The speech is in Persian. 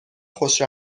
خوش